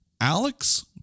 Alex